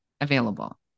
available